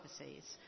overseas